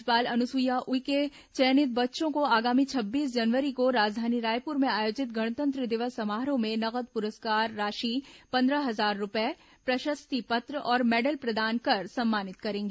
राज्यपाल अनुसुईया उइके चयनित बच्चों को आगामी छब्बीस जनवरी को राजधानी रायपुर में आयोजित गणतंत्र दिवस समारोह में नगद पुरस्कार राशि पंद्रह हजार रूपये प्रशस्ति पत्र और मैडल प्रदान कर सम्मानित करेंगी